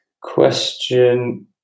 Question